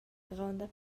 gronda